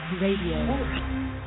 Radio